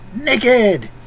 NAKED